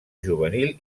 juvenil